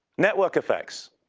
network effects,